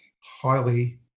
highly